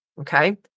okay